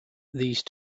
these